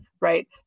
right